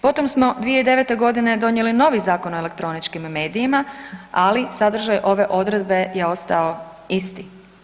Potom smo 2009. godine donijeli novi Zakon o elektroničkim medijima, ali sadržaj ove odredbe je ostao isti.